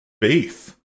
faith